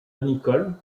nicholl